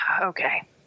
okay